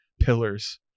pillars